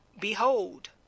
Behold